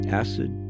acid